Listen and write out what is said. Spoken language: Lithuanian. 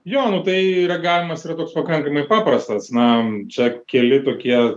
jo nu tai reagavimas yra toks pakankamai paprastas na čia keli tokie